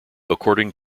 according